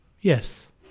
yes